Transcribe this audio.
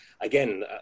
again